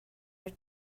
your